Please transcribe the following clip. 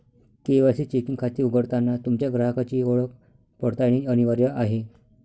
KYC checking खाते उघडताना तुमच्या ग्राहकाची ओळख पडताळणे अनिवार्य आहे